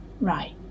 right